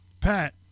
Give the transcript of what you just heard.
Pat